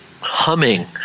humming